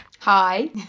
Hi